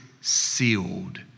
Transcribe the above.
sealed